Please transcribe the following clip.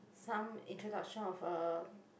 some introduction of a